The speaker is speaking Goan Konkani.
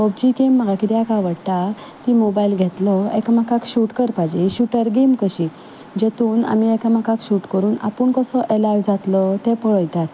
पबजी गेम म्हाका कित्याक आवडटा की मोबायल घेतलो एकामेकाक शूट करपाचें शूटर गेम कशी जेतून आमी एकामेकाक शूट करून आपूण कसो एलायव्ह जातलो तें पळयतात